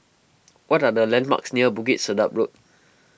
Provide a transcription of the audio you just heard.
what are the landmarks near Bukit Sedap Road